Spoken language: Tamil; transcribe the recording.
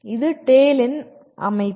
இது TALE இன் அமைப்பு